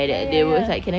ya ya ya